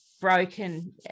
broken